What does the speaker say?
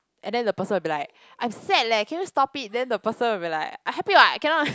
and then the person will be like I sad leh can you stop it then the person will be like I happy what cannot